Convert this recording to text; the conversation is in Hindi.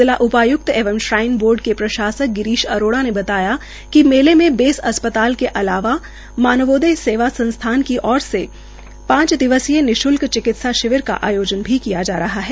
जिला उपाय्क्त एवं श्राईण बोर्ड के प्रशासक गिरीष अरोड़ा ने बताया कि मेले में बेस अस्पताल के अलावा मानवोददय सेवा संस्थान की ओर से पांच दिवसीय निश्लक चिकित्सा शिविर का आयोजन भी किया जा रहा है